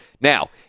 Now